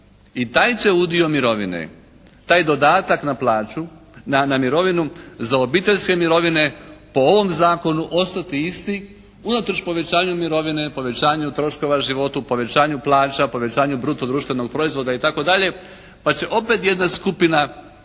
i taj će udio mirovine, taj dodatak na plaću, na mirovinu za obiteljske mirovine po ovom zakonu ostati isti unatoč povećanju mirovine, povećanju troškova života, povećanju plaća, povećanju bruto društvenog proizvoda itd., pa će opet jedna skupina